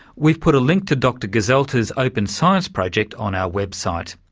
we've put a link to dr gezelter's open science project on our website.